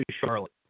Charlotte